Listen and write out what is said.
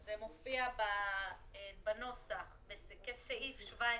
זה מופיע בנוסח כסעיף 17 (א),